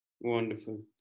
Wonderful